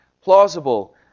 plausible